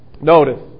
Notice